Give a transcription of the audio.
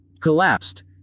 Collapsed